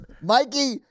Mikey